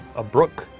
a brook.